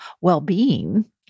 well-being